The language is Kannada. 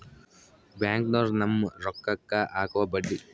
ಬ್ಯಾಂಕ್ನೋರು ನಮ್ಮ್ ರೋಕಾಕ್ಕ ಅಕುವ ಬಡ್ಡಿ